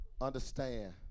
Understand